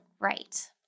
right